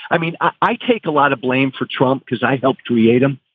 i mean, i take a lot of blame for trump because i helped create them.